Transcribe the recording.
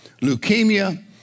leukemia